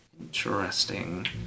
Interesting